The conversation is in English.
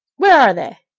where are they?